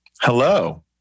Hello